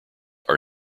are